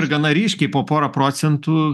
ir gana ryškiai po porą procentų